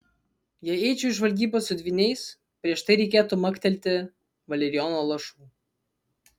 jei eičiau į žvalgybą su dvyniais prieš tai reikėtų maktelti valerijono lašų